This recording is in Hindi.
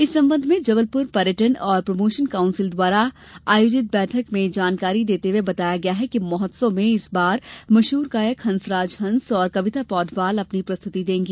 इस संबंध में जबलपुर पर्यटन और प्रमोशन काउंसिल द्वारा आयोजित बैठक में जानकारी देते हुये बताया गया कि महोत्सव में इस बार मशहूर गायक हंसराज हंस और कविता पौडवाल अपनी प्रस्तुति देंगी